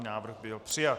Návrh byl přijat.